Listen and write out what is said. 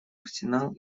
арсенал